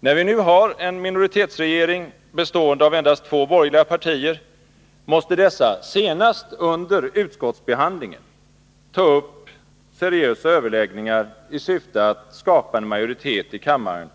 När vi nu har en minoritetsregering bestående av endast två borgerliga partier, måste dessa senast under utskottsbehandlingen ta upp seriösa överläggningar i syfte att skapa en majoritet i kammaren